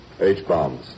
H-bombs